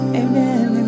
amen